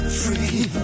free